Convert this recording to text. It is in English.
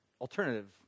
alternative